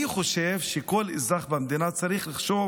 אני חושב שכל אזרח במדינה צריך לחשוב